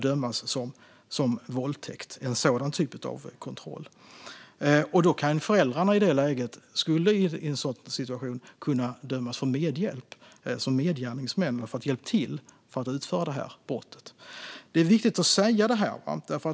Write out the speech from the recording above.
De som utför en sådan typ av kontroll kan i så fall dömas för våldtäkt. Föräldrarna skulle i en sådan situation som medgärningsmän kunna dömas för medhjälp till att utföra det här brottet. Det är viktigt att säga detta.